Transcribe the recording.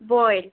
boil